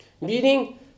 Meaning